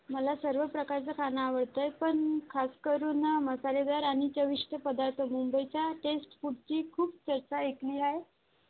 मला सर्व प्रकारचं खाणं आवडतं आहे पण खासकरून मसालेदार आणि चविष्ट पदार्थ मुंबईच्या टेस्ट फूडची खूप चर्चा ऐकली आहे